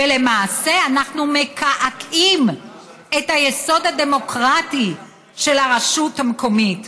ולמעשה אנחנו מקעקעים את היסוד הדמוקרטי של הרשות המקומית.